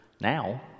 now